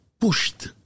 pushed